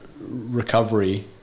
recovery